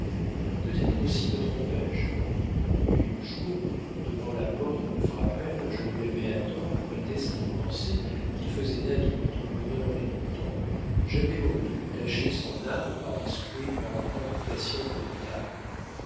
peut-être aussi me trompai je depuis le jour où devant la porte de frapesle je lui avais à tort prêté cette pensée qui faisait naître notre bonheur d'une tombe j'avais honte de tacher son âme par des souhaits empreints de passion brutale